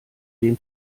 den